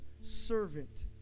servant